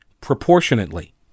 proportionately